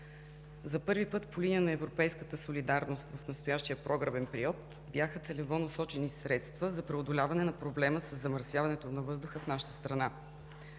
За първи път по линия на европейската солидарност в настоящия програмен период бяха целево насочени средства за преодоляване на проблема със замърсяването на въздуха в нашата страна.